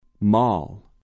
Mall